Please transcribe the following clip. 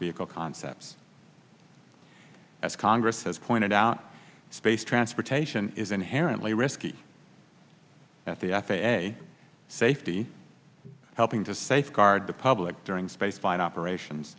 vehicle concepts as congress has pointed out space transportation is inherently risky at the f a a safety helping to safeguard the public during spaceflight operations